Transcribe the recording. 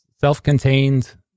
self-contained